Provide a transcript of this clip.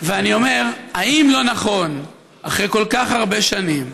ואני אומר: האם לא נכון, אחרי כל כך הרבה שנים,